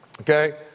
okay